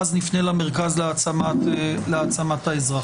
ואז נפנה למרכז להעצמת האזרח.